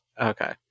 Okay